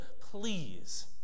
please